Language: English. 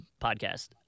podcast